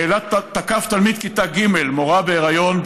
באילת תקף תלמיד כיתה ג' מורה בהיריון,